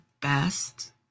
best